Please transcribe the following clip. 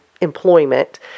employment